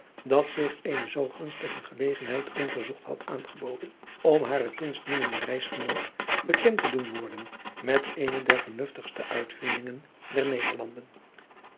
dat zich eene zoo gunstige gelegenheid ongezocht had aangeboden om hare kunstminnende reisgenoot bekend te doen worden met eene der vernuftigste uitvindingen der nederlanderen